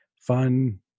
fun